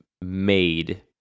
made